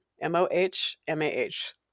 M-O-H-M-A-H